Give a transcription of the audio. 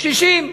קשישים,